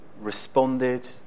responded